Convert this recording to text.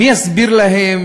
מי יסביר להם